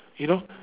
you know